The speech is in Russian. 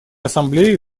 ассамблеи